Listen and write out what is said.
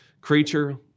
creature